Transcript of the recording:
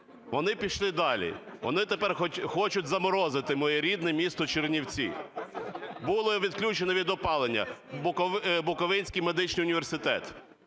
Вони пішли далі – вони тепер хочуть заморозити моє рідне місто Чернівці. Було відключено від опалення Буковинський медичний університет,